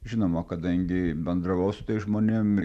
žinoma kadangi bendravau su tais žmonėm